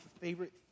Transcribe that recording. favorite